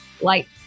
Light